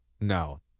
No